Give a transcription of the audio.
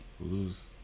lose